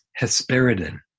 hesperidin